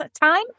time